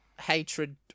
Hatred